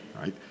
right